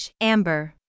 Amber